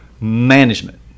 management